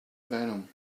venom